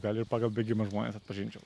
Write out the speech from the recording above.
gal ir pagal bėgimą žmones atpažinčiau